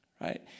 right